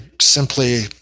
simply